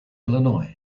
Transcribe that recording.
illinois